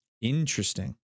Interesting